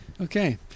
Okay